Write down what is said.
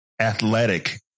Athletic